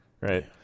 right